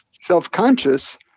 self-conscious